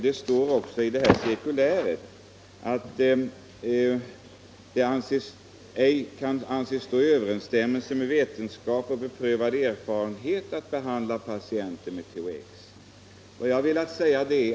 Det står i detta cirkulär att det ej kan anses stå i överensstämmelse med vetenskap och beprövad erfarenhet att behandla patienter med THX.